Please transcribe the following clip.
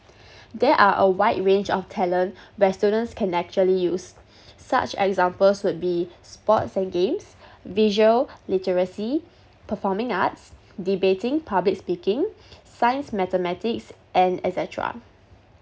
there are a wide range of talent where students can naturally use such examples would be sports and games visual literacy performing arts debating public speaking science mathematics and et cetera